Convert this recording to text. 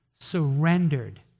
surrendered